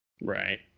Right